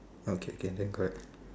oh okay can then correct